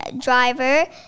driver